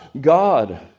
God